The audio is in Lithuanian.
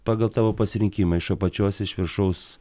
pagal tavo pasirinkimą iš apačios iš viršaus